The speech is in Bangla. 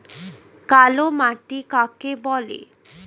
কালো মাটি কাকে বলে?